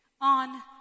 on